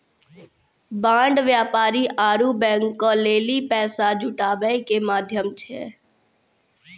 bond व्यापारी आरु बैंको लेली पैसा जुटाबै के माध्यम छै